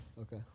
Okay